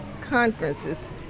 conferences